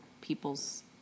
people's